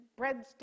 breadsticks